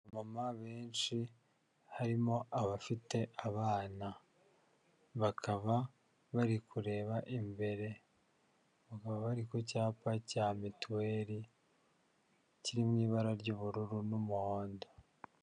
Abamama benshi harimo abafite abana, bakaba bari kureba imbere, bakaba bari ku cyapa cya mituweri kiri mu ibara ry'ubururu n'umuhondo.